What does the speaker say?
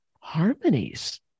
harmonies